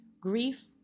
Grief